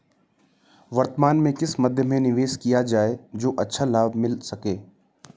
वर्तमान में किस मध्य में निवेश किया जाए जो अच्छा लाभ मिल सके?